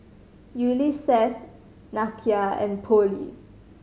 Ulysses Nakia and Pollie